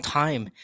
time